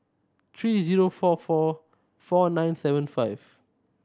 three zero four four four nine seven five